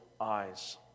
eyes